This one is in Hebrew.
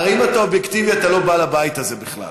הרי אם אתה אובייקטיבי אתה לא בא לבית הזה בכלל.